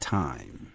time